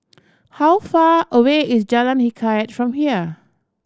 how far away is Jalan Hikayat from here